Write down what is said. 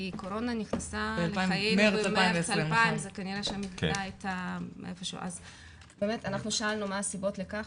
קורונה נכנסה לחיינו במרץ 2020. באמת אנחנו שאלנו מה הסיבות לכך,